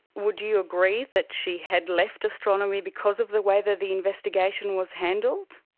would you agree that she had left astronomy because of the way that the investigation was handled?